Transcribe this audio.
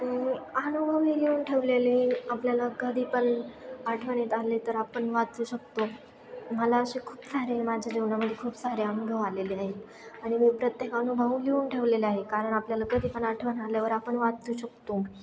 मी अनुभव हे लिहून ठेवलेले आपल्याला कधी पण आठवणीत आले तर आपण वाचू शकतो मला असे खूप सारे माझ्या जीवनामध्ये खूप सारे अनुभव आलेले आहे आणि मी प्रत्येक अनुभव लिहून ठेवलेला आहे कारण आपल्याला कधी पण आठवण आल्यावर आपण वाचू शकतो